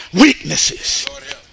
weaknesses